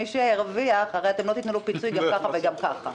מי שירוויח הרי לא תיתנו לו פיצוי בין כה ובין כה.